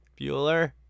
Bueller